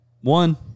One